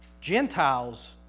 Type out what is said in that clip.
Gentiles